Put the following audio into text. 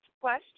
question